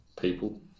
people